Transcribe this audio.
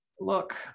look